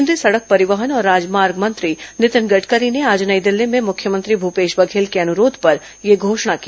केंद्रीय सड़क परिवहन और राजमार्ग मंत्री नितिन गडकरी ने आज नई दिल्ली में मुख्यमंत्री भपेश बंघेल के अनुरोध पर यह घोषणा की